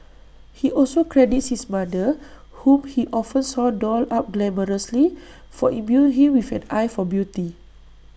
he also credits his mother whom he often saw dolled up glamorously for imbuing him with an eye for beauty